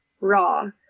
raw